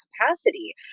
capacity